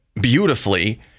beautifully